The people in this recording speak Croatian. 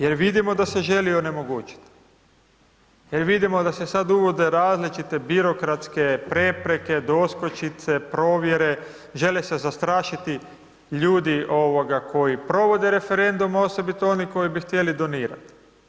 Jer vidimo da se želi onemogućiti, jer vidimo da se sad uvode različite birokratske prepreke, doskočice, provjere, žele se zastrašiti ljudi, ovoga, koji provode referendum, osobito oni koji bi htjeli donirati.